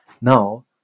Now